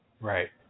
Right